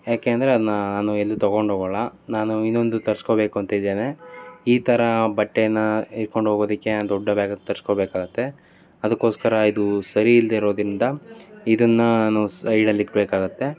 ಯಾಕೆ ಅಂದರೆ ಅದನ್ನ ನಾನು ಎಲ್ಲೂ ತೊಗೊಂಡು ಹೋಗಲ್ಲ ನಾನು ಇನ್ನೊಂದು ತರ್ಸ್ಕೊಬೇಕು ಅಂತ ಇದ್ದೇನೆ ಈ ಥರ ಬಟ್ಟೆನ ಹಿಡ್ಕೊಂಡು ಹೋಗೋದಿಕ್ಕೆ ದೊಡ್ಡ ಬ್ಯಾಗ್ ತರ್ಸ್ಕೊಬೇಕಾಗುತ್ತೆ ಅದಕ್ಕೋಸ್ಕರ ಇದು ಸರಿ ಇಲ್ಲದೇ ಇರೋದರಿಂದ ಇದನ್ನು ನಾನು ಸೈಡಲ್ಲಿ ಇಡಬೇಕಾಗತ್ತೆ